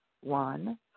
one